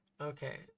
Okay